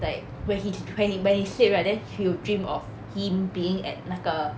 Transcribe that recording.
like when he when he when he sleep right then he will dream of him being at 那个